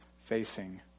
facing